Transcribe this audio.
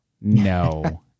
No